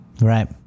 right